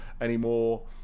anymore